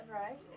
right